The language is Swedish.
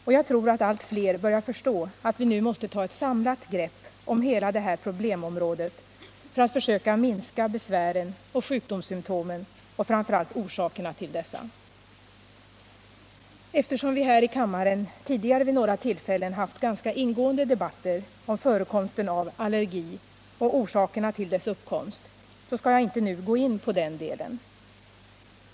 Och jag tror att allt fler börjar förstå att vi nu måste ta ett samlat grepp om hela det här problemområdet för att försöka minska besvären och sjukdomssymtomen och framför allt orsakerna till dessa. Eftersom vi här i kammaren tidigare vid några tillfällen haft ganska ingående debatter om förekomsten av allergi och orsakerna till dess uppkomst, skall jag inte nu gå in på den delen.